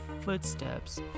footsteps